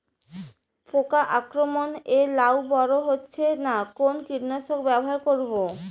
পোকার আক্রমণ এ লাউ বড় হচ্ছে না কোন কীটনাশক ব্যবহার করব?